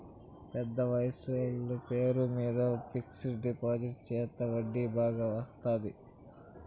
పెద్ద వయసోళ్ల పేరు మీద ఫిక్సడ్ డిపాజిట్ చెత్తే వడ్డీ బాగా వత్తాది